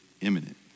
imminent